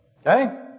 Okay